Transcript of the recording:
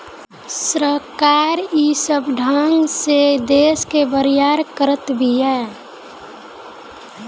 सरकार ई सब ढंग से देस के बरियार करत बिया